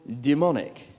demonic